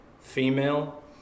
female